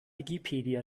wikipedia